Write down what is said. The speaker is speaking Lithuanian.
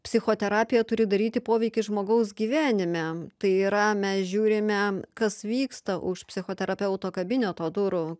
psichoterapija turi daryti poveikį žmogaus gyvenime tai yra mes žiūrime kas vyksta už psichoterapeuto kabineto durų